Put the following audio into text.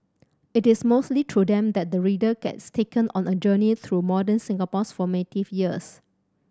it is mostly through them that the reader gets taken on a journey through modern Singapore's formative years